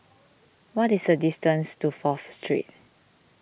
what is the distance to Fourth Street